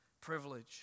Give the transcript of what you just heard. privilege